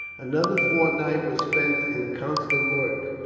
another fortnight was spent in constant work,